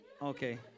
Okay